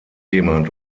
jemand